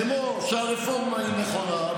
כמו שהרפורמה היא נכונה,